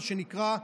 מה שנקרא,